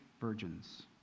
virgins